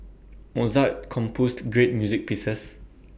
Mozart composed great music pieces